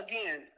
Again